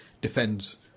defends